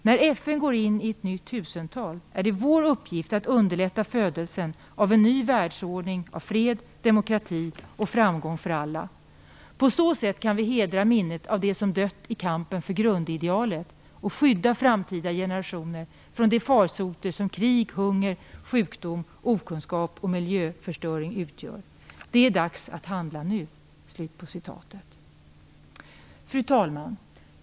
När FN går in i ett nytt tusental är det vår uppgift att underlätta födelsen av en ny världsordning av fred, demokrati och framgång för alla. På så sätt kan vi hedra minnet av dem som dött i kampen för grundidealet och skydda framtida generationer från de farsoter som krig, hunger, sjukdom, okunskap och miljöförstöring utgör. Det är dags att handla nu. Fru talman!